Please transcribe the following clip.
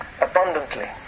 abundantly